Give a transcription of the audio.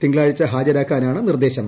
തിങ്കളാഴ്ച ഹാജരാക്കാനാണ് നിർദ്ദേശം